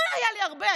לא היה לי הרבה,